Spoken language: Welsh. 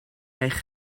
eich